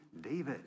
David